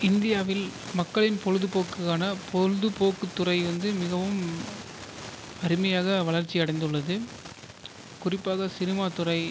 இந்தியாவில் மக்களின் பொழுதுபோக்குக்கான பொழுது போக்கு துறை வந்து மிகவும் அருமையாக வளர்ச்சி அடைந்துள்ளது குறிப்பாக சினிமா துறை